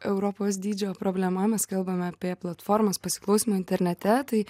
europos dydžio problema mes kalbame apie platformas pasiklausymo internete tai